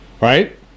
Right